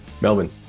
Melbourne